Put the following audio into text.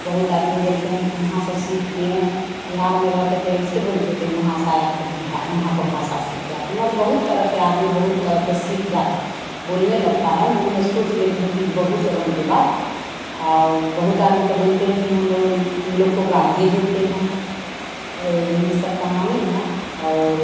बहुत आदमी बोलते हैं कि वहाँ से सीख के बिहार में रहते तो वैसे बोलते थे वहाँ से आया है तो बिहार यहाँ का भाषा सीख के आते मरे बहुत तरह के बहुत तरह के सीख जात बोलने लगता है मन में सोच लेते हैं कि बहुत रंग के बाद बहुत आदमी तो बोलते हैं कि हम लोग हम लोग को गारिये देते हैं और यही सब कहानी है और